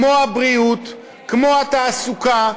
כמו הבריאות, כמו התעסוקה.